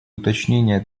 уточнения